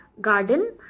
garden